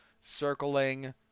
circling